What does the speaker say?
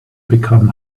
become